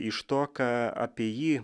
iš to ką apie jį